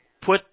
put